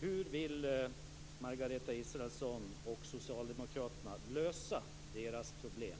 Hur vill Margareta Israelsson och Socialdemokraterna lösa deras problem?